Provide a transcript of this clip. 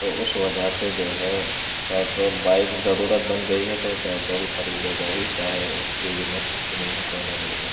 تو اس وجہ سے جو ہے پیٹرول بائک ضرورت بن گئی ہے تو پیٹرول خریدے گا ہی چاہے وہ قیمت کتنی ہی کیوں نہ بڑھ جائے